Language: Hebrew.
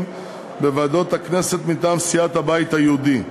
בוועדות הכנסת: מטעם סיעת הבית היהודי,